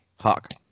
Hawk